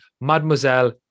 Mademoiselle